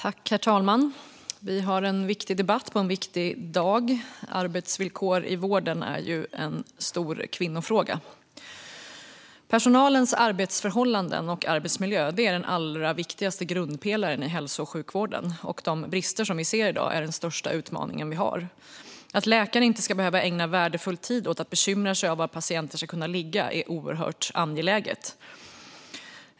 Herr talman! Vi har en viktig debatt på en viktig dag: Arbetsvillkor i vården är ju en stor kvinnofråga. Personalens arbetsförhållanden och arbetsmiljö är den allra viktigaste grundpelaren i hälso och sjukvården, och de brister som vi ser i dag är den största utmaningen vi har. Att läkare inte ska behöva ägna värdefull tid åt att bekymra sig över var patienter ska kunna ligga är oerhört angeläget.